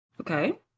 Okay